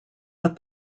but